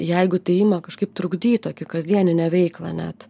jeigu tai ima kažkaip trukdyt tokį kasdieninę veiklą net